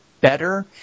better